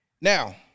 Now